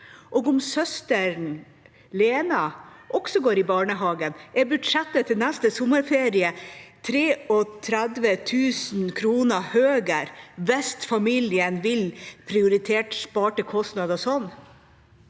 Om søsteren Lena også går i barnehagen, er budsjettet til neste sommerferie 33 000 kr høyere, hvis familien vil prioritere sparte kostnader sånn.